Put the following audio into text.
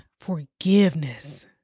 forgiveness